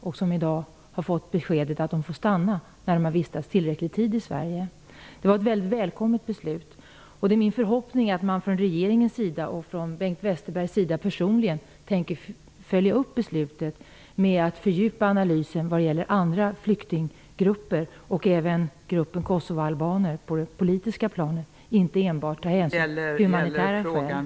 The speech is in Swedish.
De har i dag fått beskedet att de får stanna om de har vistats tillräckligt lång tid i Det var ett välkommet beslut, och det är min förhoppning att regeringen och Bengt Westerberg personligen tänker följa upp beslutet genom att fördjupa analysen när det gäller andra flyktinggrupper, även kosovoalbaner, på det politiska planet och inte enbart ta hänsyn till humanitära skäl.